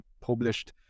published